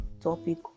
topic